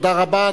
תודה רבה.